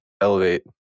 elevate